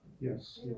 Yes